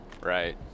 right